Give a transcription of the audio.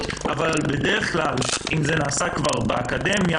אבל בדרך כלל אם זה נעשה כבר בתוך האקדמיה,